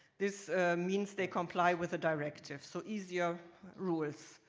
this means they comply with the directive. so easier rules.